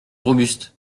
robuste